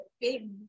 big